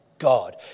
God